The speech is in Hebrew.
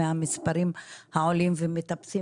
מהמספרים העולים ומטפסים.